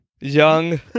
Young